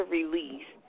release